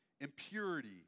impurity